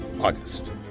August